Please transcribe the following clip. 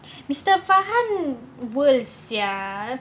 mister farhan worse sia